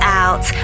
out